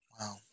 Wow